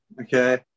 Okay